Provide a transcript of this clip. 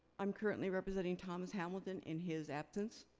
i'm currently representing thomas hamilton in his absence.